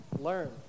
learn